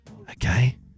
okay